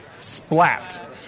Splat